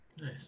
nice